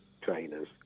trainers